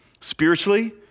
spiritually